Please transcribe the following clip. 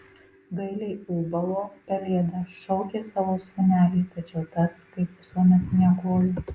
gailiai ūbavo pelėda šaukė savo sūnelį tačiau tas kaip visuomet miegojo